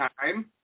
time